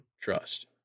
Trust